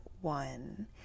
one